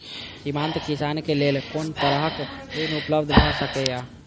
सीमांत किसान के लेल कोन तरहक ऋण उपलब्ध भ सकेया?